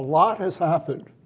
lot has happened,